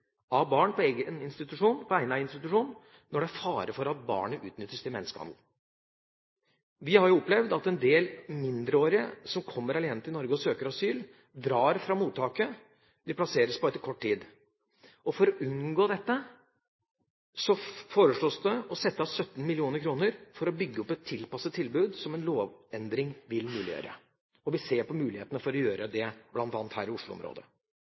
av barn på egnet institusjon, når det er fare for at barnet utnyttes til menneskehandel. Vi har opplevd at en del mindreårige som kommer alene til Norge og søker asyl, drar fra mottaket de plasseres på, etter kort tid. For å unngå dette foreslås det å sette av 17 mill. kr for å bygge opp et tilpasset tilbud, som en lovendring vil muliggjøre. Vi ser på mulighetene for å gjøre det, bl.a. her i